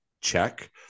check